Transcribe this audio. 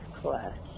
class